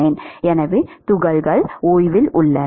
எனவே துகள்கள் ஓய்வில் உள்ளன